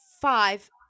five